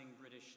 British